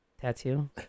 tattoo